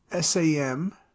SAM